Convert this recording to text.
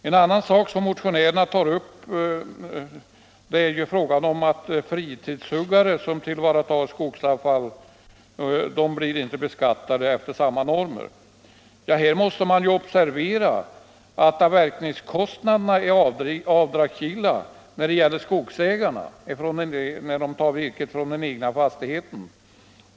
En annan sak som motionärerna tar upp är frågan om att fritidshuggare som tillvaratar skogsavfall inte blir beskattade efter samma normer som i övrigt gäller. Här måste man emellertid observera att avverkningskostnaderna är avdragsgilla för skogsägare när de tar virke från den egna skogen.